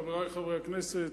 חברי חברי הכנסת,